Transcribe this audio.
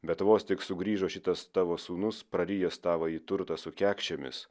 bet vos tik sugrįžo šitas tavo sūnus prarijęs tavąjį turtą su kekšėmis